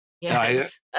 Yes